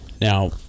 Now